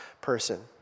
person